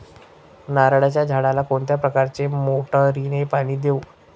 नारळाच्या झाडाला कोणत्या प्रकारच्या मोटारीने पाणी देऊ?